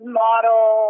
model